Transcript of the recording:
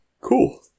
Cool